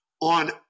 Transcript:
on